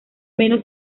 menos